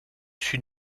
sud